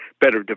better